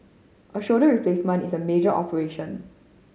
a shoulder replacement is a major operation